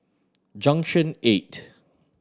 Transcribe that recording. Junction Eight